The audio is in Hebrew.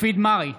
מופיד מרעי,